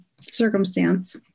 circumstance